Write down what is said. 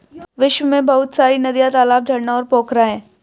विश्व में बहुत सारी नदियां, तालाब, झरना और पोखरा है